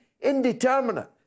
indeterminate